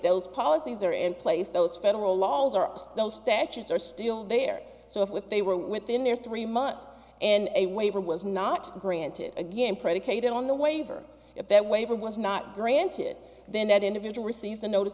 those policies are in place those federal laws are still statutes are still there so if they were within your three months and a waiver was not granted again predicated on the waiver if that waiver was not granted then that individual received the notice